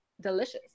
Delicious